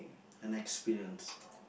an experience